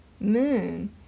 moon